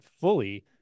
fully